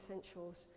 essentials